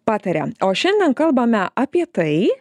pataria o šiandien kalbame apie tai